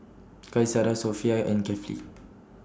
Qaisara Sofea and Kefli